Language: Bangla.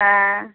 হ্যাঁ